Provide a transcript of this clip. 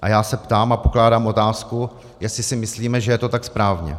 A já se ptám a pokládám otázku, jestli si myslíme, že je to tak správně.